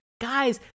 Guys